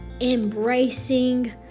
embracing